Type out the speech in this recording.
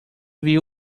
viu